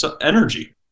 energy